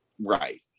Right